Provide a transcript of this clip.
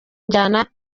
njyana